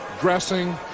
dressing